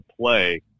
play